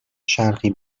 شرقی